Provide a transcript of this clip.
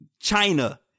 China